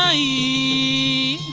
e